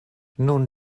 nun